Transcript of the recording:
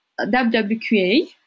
WWQA